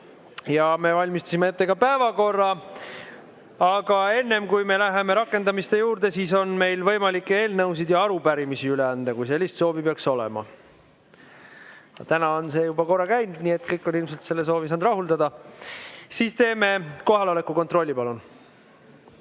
Ja me valmistasime ette ka päevakorra. Aga enne, kui me läheme rakendamise juurde, on meil võimalik eelnõusid ja arupärimisi üle anda, kui sellist soovi peaks olema. Täna on see juba korra olnud, nii et kõik on ilmselt selle soovi saanud rahuldada. Siis teeme kohaloleku kontrolli, palun!